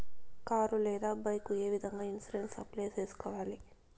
car లేదా bike ఏ విధంగా ఇన్సూరెన్సు అప్లై సేసుకోవాలి